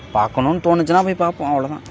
பார்க்கணுன்னு தோணிச்சின்னா போய் பார்ப்போம் அவ்வளோ தான்